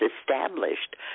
established